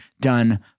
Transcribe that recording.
done